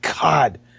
God